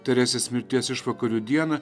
teresės mirties išvakarių dieną